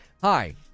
Hi